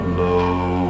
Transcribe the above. low